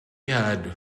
had